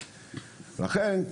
לכן,